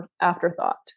afterthought